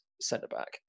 centre-back